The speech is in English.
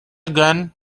gun